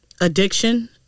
addiction